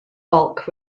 bulk